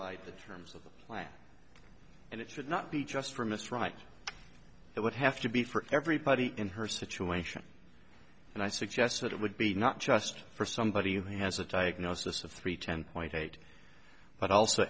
provide the terms of the plan and it should not be just for mr right it would have to be for everybody in her situation and i suggest that it would be not just for somebody who has a diagnosis of three ten point eight but also